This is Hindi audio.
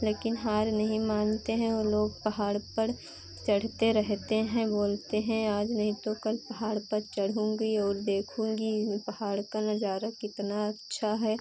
लेकिन हार नहीं मानते हैं वह लोग पहाड़ पड़ चढ़ते रहते हैं बोलते हैं आज नहीं तो कल पहाड़ पर चढ़ूँगी और देखूँगी इन पहाड़ों का नज़ारा कितना अच्छा है